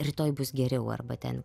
rytoj bus geriau arba ten